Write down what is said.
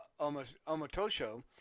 Omotosho